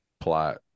plot